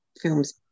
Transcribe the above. films